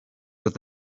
with